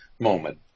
moment